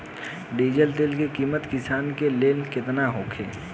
Diesel तेल के किमत किसान के लेल केतना होखे?